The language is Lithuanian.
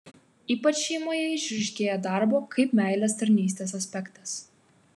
ypač šeimoje išryškėja darbo kaip meilės tarnystės aspektas